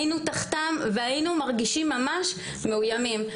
היינו תחתם והיינו מרגישים ממש מאוימים.